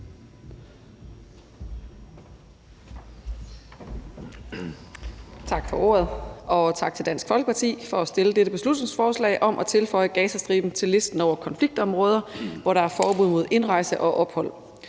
Tak for ordet, og tak til Dansk Folkeparti for at fremsætte dette beslutningsforslag om at tilføje Gazastriben til listen over konfliktområder, hvor der er forbud mod indrejse og ophold.